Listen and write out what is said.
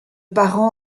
parents